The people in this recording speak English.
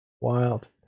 wild